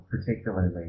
Particularly